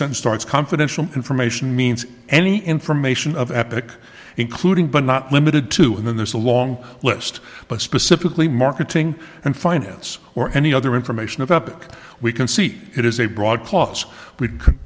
starts confidential information means any information of epic including but not limited to and then there's a long list but specifically marketing and finance or any other information about that we can see it is a broad cause we c